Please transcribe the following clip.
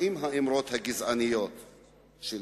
עם האמרות הגזעניות שלו.